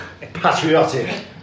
patriotic